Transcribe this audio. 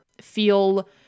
feel